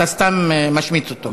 אתה סתם משמיץ אותו.